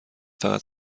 فقط